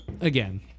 again